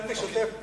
כאן זה שוטף פלוס.